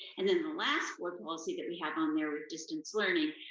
and then the last board policy that we have on there with distance learning,